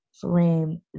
frame